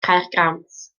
caergrawnt